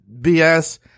BS